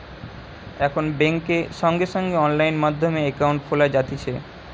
এখন বেংকে সঙ্গে সঙ্গে অনলাইন মাধ্যমে একাউন্ট খোলা যাতিছে